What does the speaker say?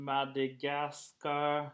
Madagascar